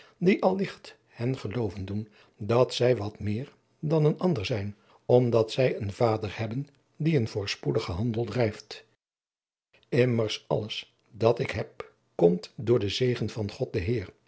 die al ligt hen gelooven doen dat zij wat meer dan een ander zijn omdat zij een vader hebben die een voorspoedigen handel drijft immers alles dat ik heb komt door den zegen van god